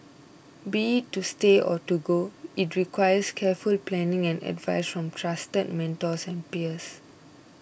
be it to stay or to go it requires careful planning and advice from trusted mentors and peers